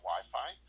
Wi-Fi